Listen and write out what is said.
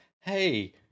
Hey